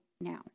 now